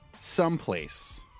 someplace